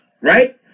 right